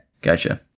Gotcha